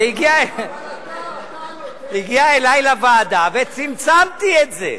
זה הגיע אלי לוועדה, וצמצמתי את זה.